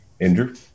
andrew